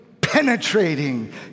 penetrating